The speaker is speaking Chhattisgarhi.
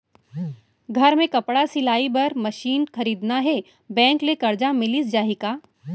घर मे कपड़ा सिलाई बार मशीन खरीदना हे बैंक ले करजा मिलिस जाही का?